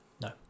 No